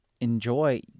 enjoy